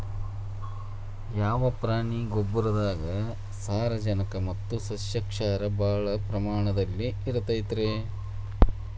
ಯಾವ ಪ್ರಾಣಿಯ ಗೊಬ್ಬರದಾಗ ಸಾರಜನಕ ಮತ್ತ ಸಸ್ಯಕ್ಷಾರ ಭಾಳ ಪ್ರಮಾಣದಲ್ಲಿ ಇರುತೈತರೇ?